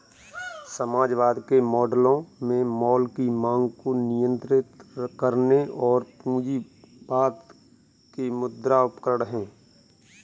समाजवाद के मॉडलों में माल की मांग को नियंत्रित करने और पूंजीवाद के मुद्रा उपकरण है